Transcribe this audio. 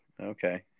okay